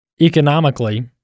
economically